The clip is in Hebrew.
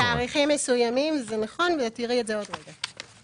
בתאריכים מסוימים זה נכון, ותראי את זה בעוד רגע.